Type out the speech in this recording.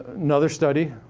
another study.